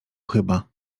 chyba